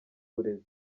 burezi